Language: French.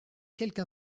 quelque